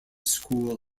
school